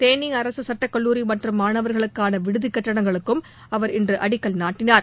தேளி அரசு சட்டக்கல்லூரி மற்றும் மாணவர்களுக்கான விடுதி கட்டிடங்களுக்கும் அவர் இன்று அடிக்கல் நாட்டினார்